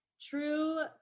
true